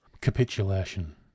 capitulation